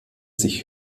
sich